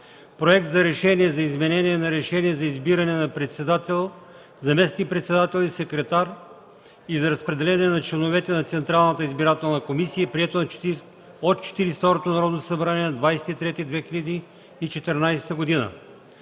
Проект за решение за изменение на Решение за избиране на председател, заместник-председател и секретар и за разпределение на членовете на Централната избирателна комисия, прието от Четиридесет и второто Народно събрание на 20 март 2014 г.;